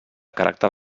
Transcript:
caràcter